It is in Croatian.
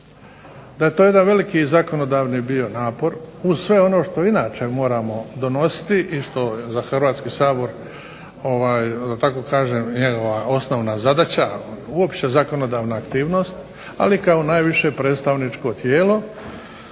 da je to jedan veliki zakonodavni bio napor, uz sve ono što inače moramo donositi i što je za Hrvatski sabor njegova osnovna zadaća, uopće zakonodavna aktivnost, ali kao najviše predstavničko tijelo